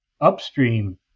upstream